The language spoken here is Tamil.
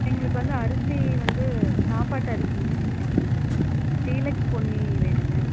எங்களுக்கு வந்து அரிசி வந்து சாப்பாட்டு அரிசிங்க டீலக்ஸ் பொன்னி வேணுங்க